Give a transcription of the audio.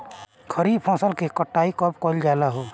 खरिफ फासल के कटाई कब कइल जाला हो?